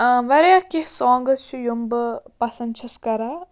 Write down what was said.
واریاہ کیٚنٛہہ سانٛگٕز چھِ یِم بہٕ پَسَنٛد چھَس کَران